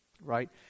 Right